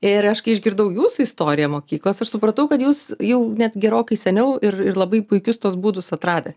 ir aš kai išgirdau jūsų istoriją mokyklos aš supratau kad jūs jau net gerokai seniau ir ir labai puikius tuos būdus atradę